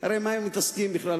הרי עם מה הם מתעסקים בכלל?